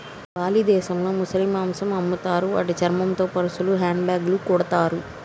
Bali దేశంలో ముసలి మాంసం అమ్ముతారు వాటి చర్మంతో పర్సులు, హ్యాండ్ బ్యాగ్లు కుడతారు